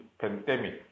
pandemic